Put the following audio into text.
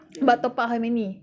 but top-up how many